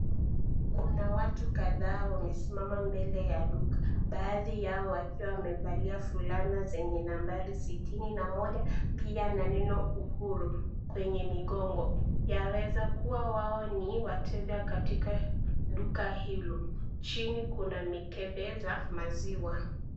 Kuna watu kadhaa wamesimama mbele ya duka. Baadhi yao wakiwa wamevalia vulana zenye ya 61 pia na neno, Uhuru ,kwenye migongo. Yaweza kuwa wao ni wateja katika duka hilo. Chini kuna mikebe za maziwa.